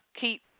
keep